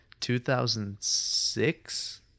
2006